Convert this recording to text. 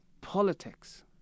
politics